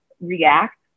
react